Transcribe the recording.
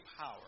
power